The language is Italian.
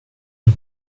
uno